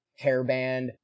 hairband